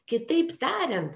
kitaip tarian